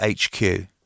HQ